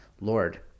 Lord